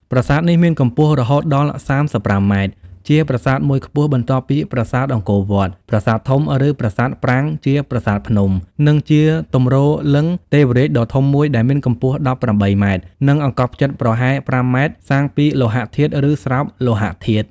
ប្រាសាទនេះមានកំពស់រហូតដល់ ៣៥ម៉ែត្រ ជាប្រាសាទមួយខ្ពស់ បន្ទាប់ពីប្រាសាទអង្គរវត្ត ប្រាសាទធំ ឬប្រាសាទប្រាង្គជាប្រាសាទភ្នំ និងជាទំរទ្រលិង្គ ទេវរាជដ៏ធំមួយដែលមានកំពស់១៨ម៉ែត្រ និងអង្កត់ផ្ចិតប្រវែង ៥ម៉ែត្រ (សាងពី លោហធាតុ ឬស្រោបលោហធាតុ) ។